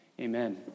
Amen